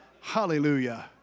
Hallelujah